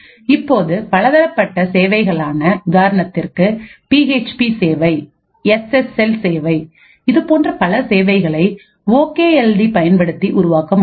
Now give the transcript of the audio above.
இப்பொழுது பலதரப்பட்ட சேவைகளான உதாரணத்திற்கு பி ஹெச் பி சேவை எஸ் எஸ் எல் சேவை இதுபோன்ற பல சேவைகளை ஓகே எல் டி பயன்படுத்தி உருவாக்க முடியும்